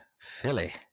Philly